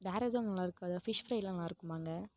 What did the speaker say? வேற எதுவும் அங்கே நல்லாயிருக்காதா ஃபிஷ் ஃப்ரைலாம் நல்லாயிருக்குமா அங்கே